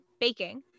baking